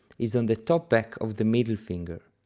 is on the top back of the middle finger.